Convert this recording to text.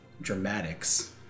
dramatics